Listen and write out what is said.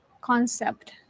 concept